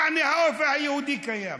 יעני הרוב היהודי קיים.